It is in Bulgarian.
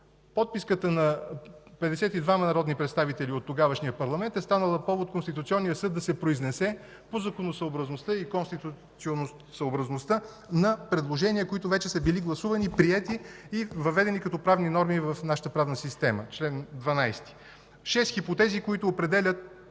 подписката на 52-ма народни представители от тогавашния парламент е станала повод Конституционният съд да се произнесе по законосъобразността и конституционосъобразността на предложения, които вече са били гласувани, приети и въведени като правни норми в нашата правна система – чл. 12. Шест хипотези, които определят,